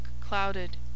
clouded